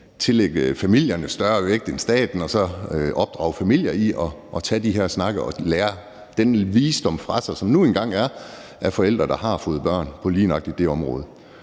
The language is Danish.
vi tillægge familierne større vægt end staten og så opdrage familier i at tage de her snakke og lære den visdom fra sig, som der nu engang er hos forældre, der har fået børn, på lige nøjagtig det område.